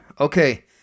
okay